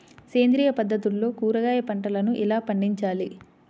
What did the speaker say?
సేంద్రియ పద్ధతుల్లో కూరగాయ పంటలను ఎలా పండించాలి?